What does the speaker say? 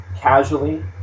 casually